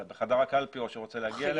בחדר הקלפי או שהוא רוצה להגיע אליה,